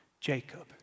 Jacob